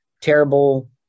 terrible